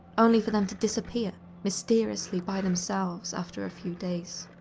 only for them to disappear, mysteriously by themselves, after a few days.